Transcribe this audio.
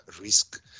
risk